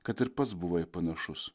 kad ir pats buvai panašus